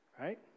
right